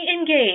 engage